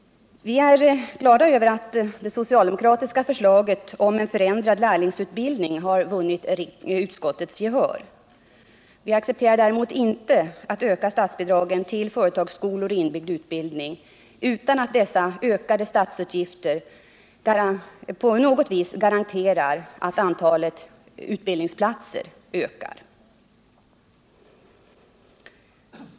Vi är glada över att det socialdemokratiska förslaget om en förändrad lärlingsutbildning har vunnit utskottets gehör. Vi accepterar däremot inte att öka statsbidraget till företagsskolor och inbyggd utbildning utan att man med dessa ökade statsutgifter på något vis garanterar att antalet utbildningsplatser ökar.